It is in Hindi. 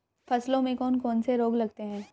फसलों में कौन कौन से रोग लगते हैं?